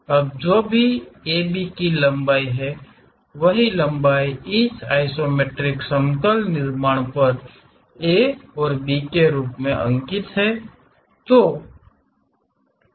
अब जो भी AB की लंबाई है वही लंबाई इस आइसोमेट्रिक समतल निर्माण पर A और B के रूप में अंकित है